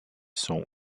sont